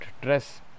dress